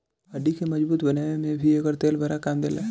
हड्डी के मजबूत बनावे में भी एकर तेल बड़ा काम देला